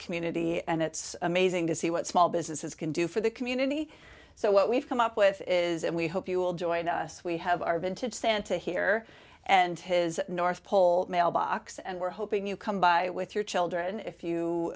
community and it's amazing to see what small businesses can do for the community so what we've come up with is and we hope you'll join us we have our vintage santa here and his north pole mailbox and we're hoping you come by with your children if you